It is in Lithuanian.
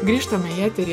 grįžtame į eterį